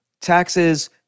taxes